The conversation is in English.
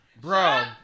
Bro